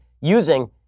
using